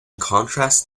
contrast